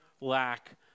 lack